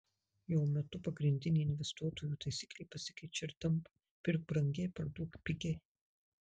jo metu pagrindinė investuotojų taisyklė pasikeičia ir tampa pirk brangiai parduok pigiai